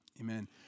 Amen